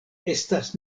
estas